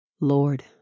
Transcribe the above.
Lord